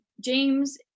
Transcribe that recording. James